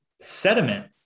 Sediment